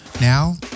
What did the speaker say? now